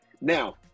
Now